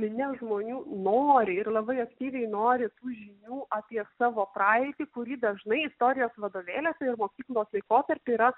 minia žmonių nori ir labai aktyviai nori tų žinių apie savo praeitį kurį dažnai istorijos vadovėliuose ir mokyklos laikotarpiu yra